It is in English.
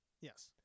Yes